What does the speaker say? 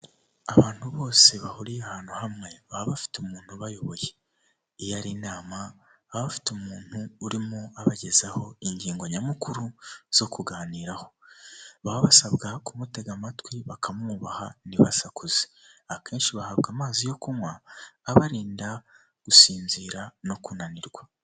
Ikinyabiziga k'ibinyamitende kikoreye kigaragara cyakorewe mu Rwanda n'abagabo batambuka muri iyo kaburimbo n'imodoka nyinshi ziparitse zitegereje abagenzi.